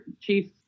Chief